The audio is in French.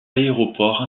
aéroports